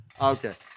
Okay